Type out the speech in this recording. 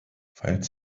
falls